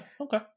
okay